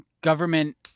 government